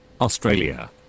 Australia